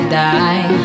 die